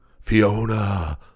Fiona